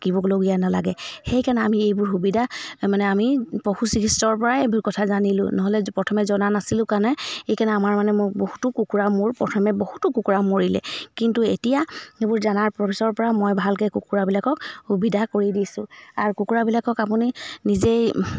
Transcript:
থাকিবলগীয়া নালাগে সেইকাৰণে আমি এইবোৰ সুবিধা মানে আমি পশু চিকিৎসকৰ পৰাই এইবোৰ কথা জানিলোঁ নহ'লে প্ৰথমে জনা নাছিলোঁ কাৰণে এইকাৰণে আমাৰ মানে মোক বহুতো কুকুৰা মোৰ প্ৰথমে বহুতো কুকুৰা মৰিলে কিন্তু এতিয়া এইবোৰ জানাৰ পিছৰ পৰা মই ভালকে কুকুৰাবিলাকক সুবিধা কৰি দিছোঁ আৰু কুকুৰাবিলাকক আপুনি নিজেই